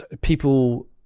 people